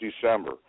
December